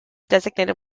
designated